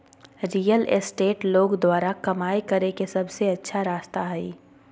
real estate लोग द्वारा कमाय करे के सबसे अच्छा रास्ता हइ